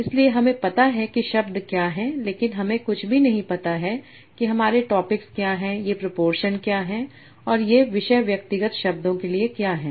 इसलिए हमें पता है कि शब्द क्या हैं लेकिन हमें कुछ भी पता नहीं है कि हमारे टॉपिक क्या हैं ये प्रोपोरशन क्या हैं और ये विषय व्यक्तिगत शब्दों के लिए क्या हैं